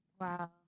Wow